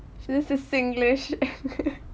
this is singlish